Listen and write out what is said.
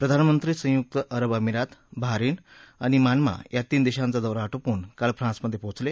प्रधानमंत्री संयुक्त अरब अमिरात बहारिन आणि मनामा या तीन दद्दीचा दौरा आटोपून काल फ्रान्समधप्रीचल